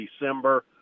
December